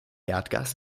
erdgas